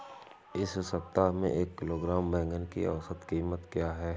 इस सप्ताह में एक किलोग्राम बैंगन की औसत क़ीमत क्या है?